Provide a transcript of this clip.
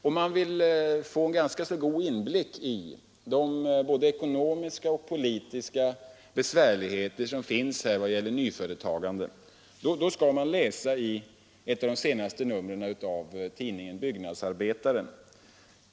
Om man vill få en inblick i de ekonomiska och politiska besvärlig heterna när det gäller nyföretagande skall man läs numren av Byggnadsarbetaren.